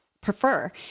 prefer